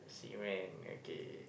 I say man right